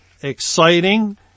exciting